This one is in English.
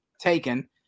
taken